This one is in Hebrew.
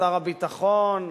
שר הביטחון,